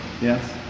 Yes